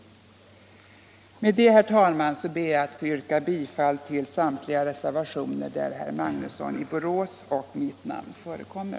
Med detta ber jag, herr talman, att få yrka bifall till samtliga de reservationer där herr Magnussons i Borås och mitt namn förekommer.